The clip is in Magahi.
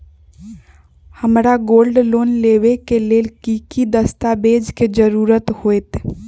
हमरा गोल्ड लोन लेबे के लेल कि कि दस्ताबेज के जरूरत होयेत?